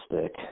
stick